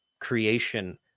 creation